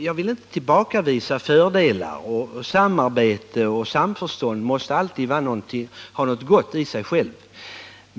Jag vill inte tillbakavisa fördelarna — samarbete och samförstånd måste alltid vara något gott i sig.